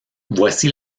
voici